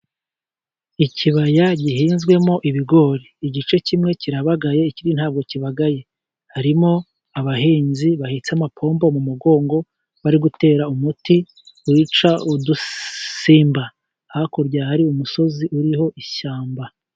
Ikibaya gihinzwemo ibigori. Igice kimwe kirabagaye ikindi ntabwo kibagaye. Harimo abahinzi bahetse amapombo mu mugongo, bari gutera umuti wica udusimba. Hakurya hari umusozi uriho ishyamba.